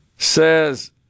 says